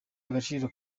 agaciro